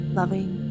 loving